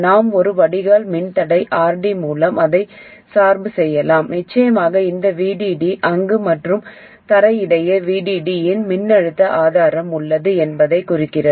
நாம் ஒரு வடிகால் மின்தடை RD மூலம் அதை சார்பு செய்யலாம் நிச்சயமாக இந்த VDD அங்கு மற்றும் தரைக்கு இடையே VDD இன் மின்னழுத்த ஆதாரம் உள்ளது என்பதையும் குறிக்கிறது